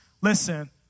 Listen